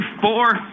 four